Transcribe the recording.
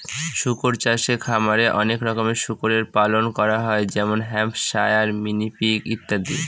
শুকর চাষে খামারে অনেক রকমের শুকরের পালন করা হয় যেমন হ্যাম্পশায়ার, মিনি পিগ ইত্যাদি